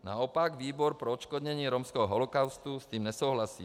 Naopak výbor pro odškodnění romského holokaustu s tím nesouhlasí.